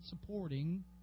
supporting